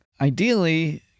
Ideally